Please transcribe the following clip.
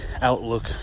outlook